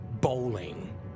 Bowling